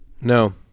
No